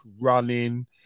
running